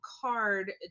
CARD